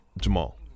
Jamal